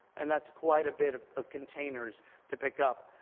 and that's quite a bit of of containers to pick up.